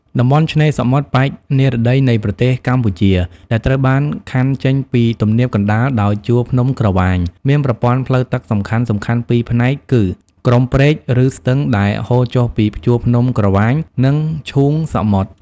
តំបន់ឆ្នេរសមុទ្រប៉ែកនិរតីនៃប្រទេសកម្ពុជា ដែលត្រូវបានខ័ណ្ឌចេញពីទំនាបកណ្តាលដោយជួរភ្នំក្រវាញ មានប្រព័ន្ធផ្លូវទឹកសំខាន់ៗពីរផ្នែកគឺ ក្រុមព្រែក ឬស្ទឹងដែលហូរចុះពីជួរភ្នំក្រវាញ និងឈូងសមុទ្រ។